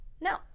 No